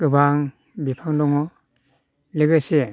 गोबां बिफां दङ लोगोसे